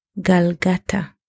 Galgata